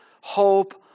hope